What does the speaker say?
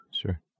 Sure